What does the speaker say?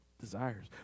desires